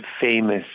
famous